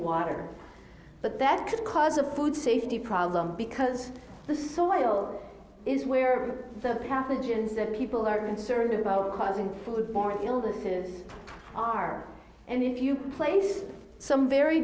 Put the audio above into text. wire but that could cause a food safety problem because the soil is where the pathogens that people are concerned about causing food borne illnesses are and if you place some very